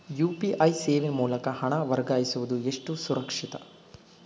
UPI ಸೇವೆ ಮೂಲಕ ಹಣ ವರ್ಗಾಯಿಸುವುದು ಎಷ್ಟು ಸುರಕ್ಷಿತ?